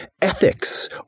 ethics